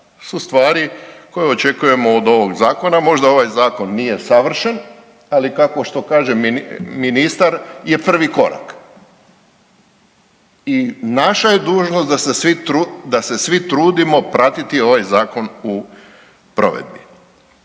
su stvari koje očekujemo od ovog zakona. Možda ovaj zakon nije savršen, ali kako, što kaže ministar je prvi korak i naša je dužnost da se svi trudimo pratiti ovaj zakon u provedbi.